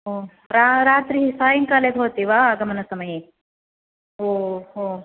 ओ रा रात्रिः सायङ्काले भवति गमनसमये ओ हो